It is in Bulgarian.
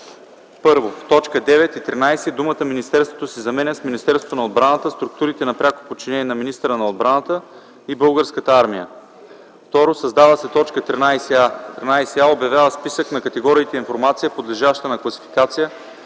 1. В т. 9 и 13 думата „министерството” се заменя с „Министерството на отбраната, структурите на пряко подчинение на министъра на отбраната и Българската армия”. 2. Създава се т. 13а: „13а. обявява списък на категориите информация, подлежаща на класификация